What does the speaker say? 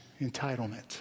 entitlement